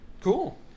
Cool